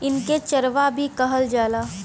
इनके चरवाह भी कहल जाला